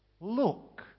Look